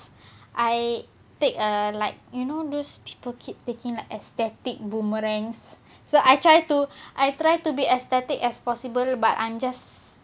I take a like you know those people keep taking the aesthetic boomerangs so I try to I try to be aesthetic as possible but I'm just